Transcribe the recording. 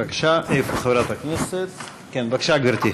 בבקשה, גברתי.